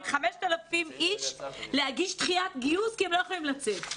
5,000 אנשים שצריכים להגיש דחיית גיוס כי הם לא יכולים לצאת.